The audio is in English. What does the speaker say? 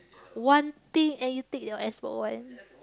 one thing and you take your XBox-One